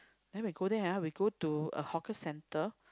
then we go there ah we go to a hawker centre